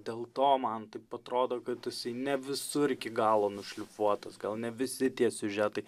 dėl to man taip atrodo kad jisai ne visur iki galo nušlifuotas gal ne visi tie siužetai